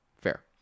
fair